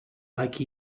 like